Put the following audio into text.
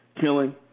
killing